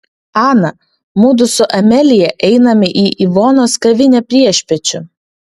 ana mudu su amelija einame į ivonos kavinę priešpiečių